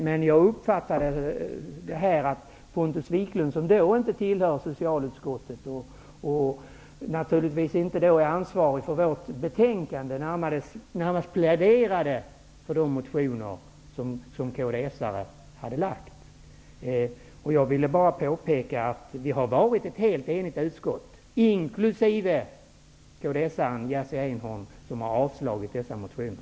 Men Pontus Wiklund satt inte med i socialutskottet tidigare. Naturligtvis är han således inte medansvarig för det här betänkandet. Men han har närmast pläderat för de motioner som kdsledamöter väckt. Jag vill slutligen bara påpeka att utskottet har varit helt enigt. Jag inkluderar då kds-ledamoten Jerzy Einhorn, som har yrkat avslag på aktuella motioner.